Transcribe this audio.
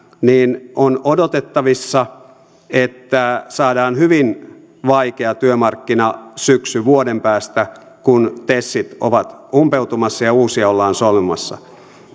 niin on odotettavissa että saadaan hyvin vaikea työmarkkinasyksy vuoden päästä kun tesit ovat umpeutumassa ja uusia ollaan solmimassa